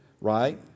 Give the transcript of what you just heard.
right